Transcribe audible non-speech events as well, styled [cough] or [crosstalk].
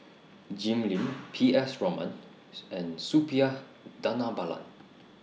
Jim [noise] Lim P S Raman [noise] and Suppiah Dhanabalan